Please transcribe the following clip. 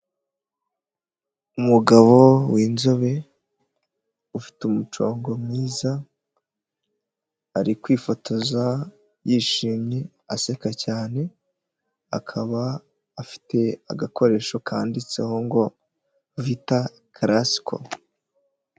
Umugabo w'inzobe ufite umucongo mwiza ari kwifotoza yishimye aseka cyane akaba afite agakoresho kanditseho ngo vita karasiko.